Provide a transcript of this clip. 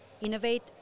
Innovate